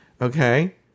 okay